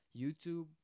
YouTube